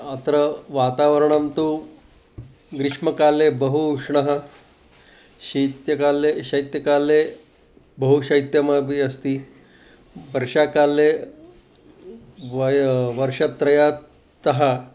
अत्र वातावरणं तु ग्रीष्मकाले बहु उष्णः शैत्यकाले शैत्यकाले बहु शैत्यमपि अस्ति वर्षाकाले वर्षत्रयात्तः